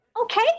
Okay